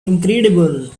incredible